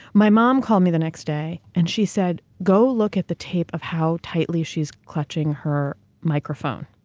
my mom called me the next day and she said, go look at the tape of how tightly she's clutching her microphone.